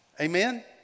amen